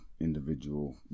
individual